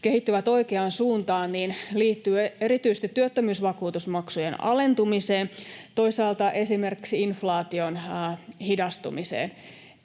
kehittyvät oikeaan suuntaan, liittyy erityisesti työttömyysvakuutusmaksujen alentumiseen, toisaalta esimerkiksi inflaation hidastumiseen.